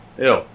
Ew